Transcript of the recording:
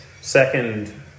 Second